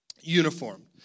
uniformed